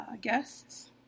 Guests